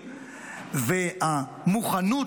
והמוכנות,